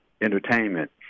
entertainment